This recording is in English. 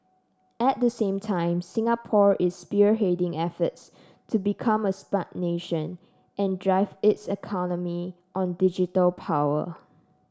at the same time Singapore is spearheading efforts to become a spout nation and drive its economy on digital power